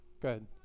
Good